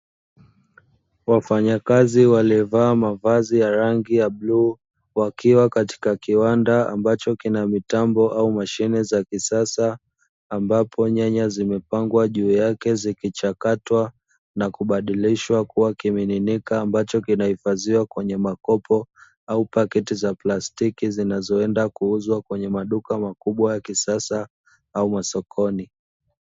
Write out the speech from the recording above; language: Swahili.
Wafanyakazi waliovaa mavazi ya rangi ya bluu wakiwa katika kiwanda ambacho kina mitambo au mashine za kisasa, ambapo nyanya zimepangwa juu yake zikichakatwa na kubadilisha kuwa kimiminika, ambacho kinahifadhiwa kwenye makopo au paketi za plastiki zinazoenda kuuzwa kwenye maduka makubwa ya kisasa au masokoni.